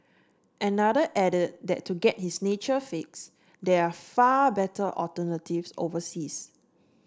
another added that to get his nature fix there are far better alternatives overseas